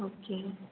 okay